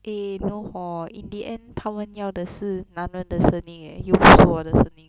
eh no hor in the end 他们要的是男人的声音 eh 又不是我的声音